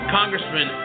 Congressman